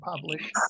published